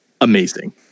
amazing